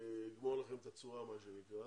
יגמור לכם את הצורה מה שנקרא,